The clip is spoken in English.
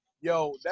Yo